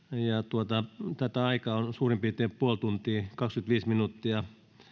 tätä aikaa on on suurin piirtein puoli tuntia kaksikymmentäviisi minuuttia